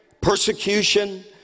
persecution